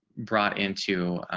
brought into